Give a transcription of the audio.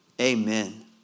Amen